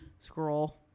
Scroll